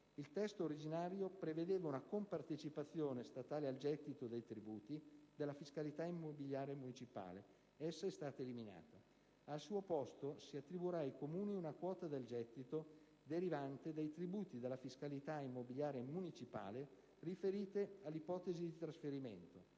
Il testo originario prevedeva una compartecipazione statale al gettito dei tributi della fiscalità immobiliare municipale: essa è stata eliminata. Al suo posto si attribuirà ai Comuni una quota del gettito derivante dai tributi della fiscalità immobiliare municipale riferiti alle ipotesi di trasferimento